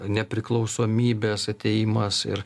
nepriklausomybės atėjimas ir